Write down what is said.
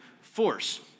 force